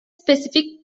specific